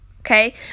okay